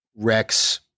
Rex